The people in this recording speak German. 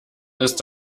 ist